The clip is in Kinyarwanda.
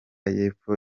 y’epfo